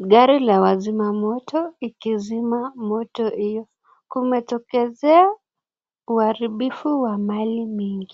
gari la wazima moto ikizima moto hiyo. Kumetokezea uharibifu wa mali mingi.